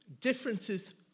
differences